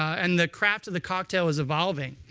and the craft of the cocktail is evolving.